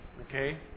Okay